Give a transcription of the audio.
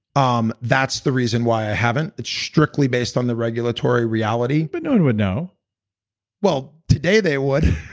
um that's the reason why i haven't. it's strictly based on the regulatory reality. but no one would know well, today, they would